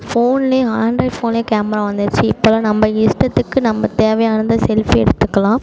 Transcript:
ஃபோன்லேயே ஆண்ட்ராய்ட் ஃபோன்லேயே கேமரா வந்திருச்சு இப்போல்லாம் நம்ம இஷ்டத்துக்கு நம்ம தேவையானதை செல்ஃபி எடுத்துக்கலாம்